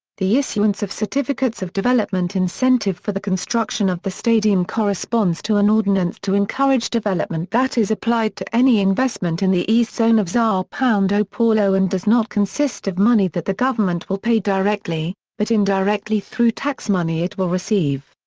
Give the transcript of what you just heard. the issuance of certificates of development incentive for the construction of the stadium corresponds to an ordinance to encourage development that is applied to any investment in the east zone of sao and ah paulo and does not consist of money that the government will pay directly, but indirectly through tax money it will receive.